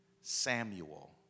Samuel